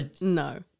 No